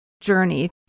journey